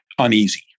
Uneasy